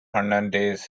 hernandez